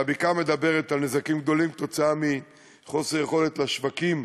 הבקעה מדברת על נזקים גדולים בעקבות חוסר יכולת לשווק לשווקים